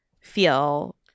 feel